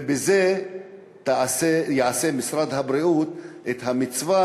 ובזה יעשה משרד הבריאות את המצווה,